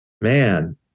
man